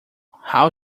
how